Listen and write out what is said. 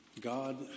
God